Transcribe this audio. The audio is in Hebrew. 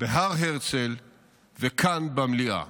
בהר הרצל וכאן במליאה.